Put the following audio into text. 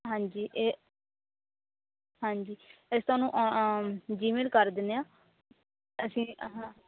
ਹਾਂਜੀ ਇਹ ਹਾਂਜੀ ਅਸੀਂ ਤੁਹਾਨੂੰ ਅਂ ਈਮੇਲ ਕਰ ਦਿੰਦੇ ਹਾਂ ਅਸੀਂ ਅ ਹਂ